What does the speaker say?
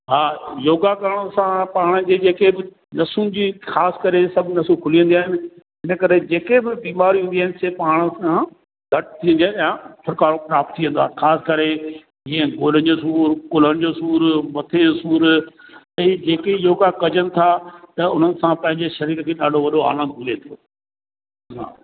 हा योगा करण सां तव्हां जे जेके बि नसुनि जी ख़ासि करे सभु नसूं खुली वेंदियूं आहिनि इन करे जेके बि बीमारियूं ईंदियूं आहिनि से पाण सां घटि थींदियूं आहिनि या झुकाव प्राप्त थी वेंदो आहे ख़ासि करे जीअं गोॾनि जो सूरु कुल्हनि जो सूरु मथे जो सूर ऐं जेके योगा कजनि था त उन्हनि सां पंहिंजे शरीर खे ॾाढो वॾो आनंदु मिले थो हा